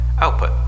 Output